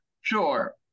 Sure